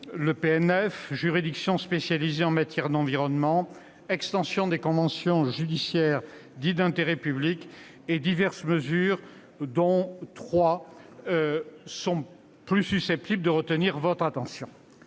une juridiction spécialisée en matière d'environnement, l'extension des conventions judiciaires dites d'intérêt public, ainsi que diverses mesures, dont trois sont particulièrement susceptibles de retenir votre attention.